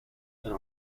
and